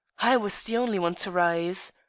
i was the only one to rise.